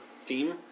theme